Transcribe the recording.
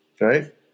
Right